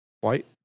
white